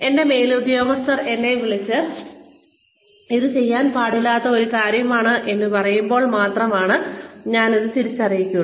എന്റെ മേലുദ്യോഗസ്ഥൻ എന്നെ വിളിച്ച് ഇത് നിങ്ങൾ ചെയ്യാൻ പാടില്ലാത്ത ഒരു കാര്യമാണ് എന്ന് പറയുമ്പോൾ മാത്രമാണ് ഞാൻ ഇത് തിരിച്ചറിയുകയുള്ളൂ